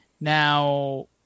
Now